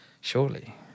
surely